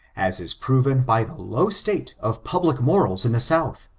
as is proven by the low state of public mor als in the south,